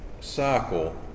cycle